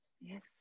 Yes